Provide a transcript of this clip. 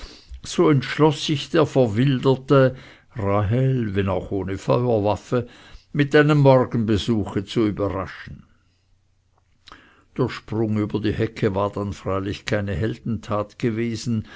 so entschloß sich der verwilderte rahel wenn auch ohne feuerwaffe mit einem morgenbesuche zu überraschen der sprung über die hecke war dann freilich keine heldentat gewesen